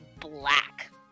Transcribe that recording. black